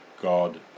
God